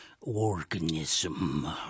organism